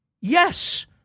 yes –